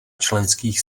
členských